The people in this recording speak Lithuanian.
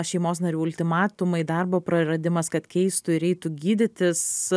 šeimos narių ultimatumai darbo praradimas kad keistų ir eitų gydytis